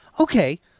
Okay